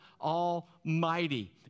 Almighty